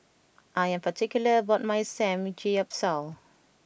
I am particular about my Samgeyopsal